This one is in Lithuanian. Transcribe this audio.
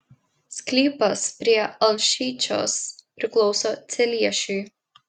sklypas prie alšyčios priklauso celiešiui